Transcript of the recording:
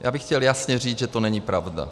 Já bych chtěl jasně říct, že to není pravda.